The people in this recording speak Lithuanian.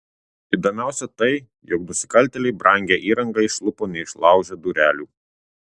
įdomiausia tai jog nusikaltėliai brangią įrangą išlupo neišlaužę durelių